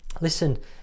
Listen